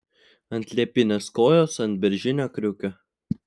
ant liepinės kojos ant beržinio kriukio